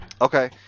Okay